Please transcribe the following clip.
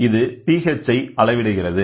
இதுpH ஐ அளவிடுகிறது